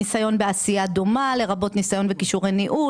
ניסיון בעשייה דומה לרבות ניסיון וכישורי ניהול,